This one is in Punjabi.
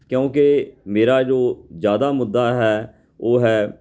ਕਿਉਂਕਿ ਮੇਰਾ ਜੋ ਜ਼ਿਆਦਾ ਮੁੱਦਾ ਹੈ ਉਹ ਹੈ